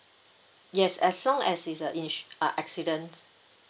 yes as long as it's uh insu~ uh accident